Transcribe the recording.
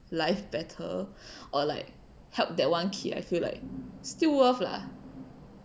life better or like help that one kid I feel like still worth lah